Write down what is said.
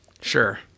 Sure